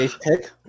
pick